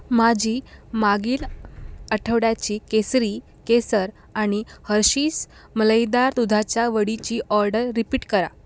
माझी मागील आठवड्याची केसरी केसर आणि हर्षीस मलईदार दुधाच्या वडीची ऑर्डर रिपीट करा